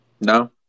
No